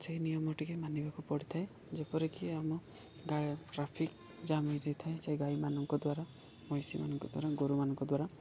ସେଇ ନିୟମ ଟିକେ ମାନିବାକୁ ପଡ଼ିଥାଏ ଯେପରିକି ଆମ ଗା ଟ୍ରାଫିକ୍ ଜାମ୍ ହେଇଯାଇ ଥାଏ ସେ ଗାଈମାନଙ୍କ ଦ୍ୱାରା ମଇଁଷିମାନଙ୍କ ଦ୍ୱାରା ଗୋରୁମାନଙ୍କ ଦ୍ୱାରା